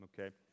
Okay